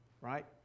Right